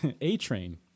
A-Train